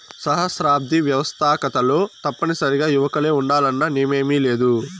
సహస్రాబ్ది వ్యవస్తాకతలో తప్పనిసరిగా యువకులే ఉండాలన్న నియమేమీలేదు